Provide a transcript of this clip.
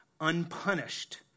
unpunished